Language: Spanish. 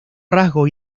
rasgo